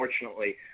unfortunately